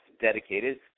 dedicated